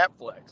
Netflix